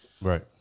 right